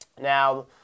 Now